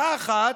אחת,